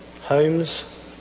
homes